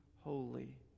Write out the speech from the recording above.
holy